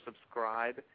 subscribe